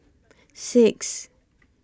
six